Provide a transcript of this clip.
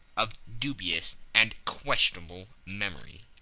of dubious and questionable memory.